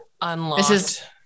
Unlocked